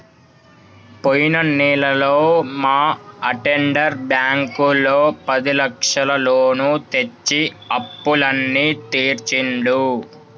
పోయిన నెలలో మా అటెండర్ బ్యాంకులో పదిలక్షల లోను తెచ్చి అప్పులన్నీ తీర్చిండు